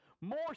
more